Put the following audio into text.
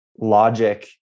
logic